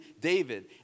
David